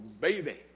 baby